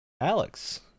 Alex